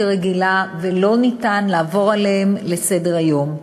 רגילה ולא ניתן לעבור עליהם לסדר-היום.